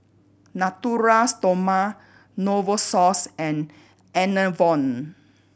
Natura Stoma Novosource and Enervon